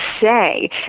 say